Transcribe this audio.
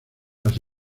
las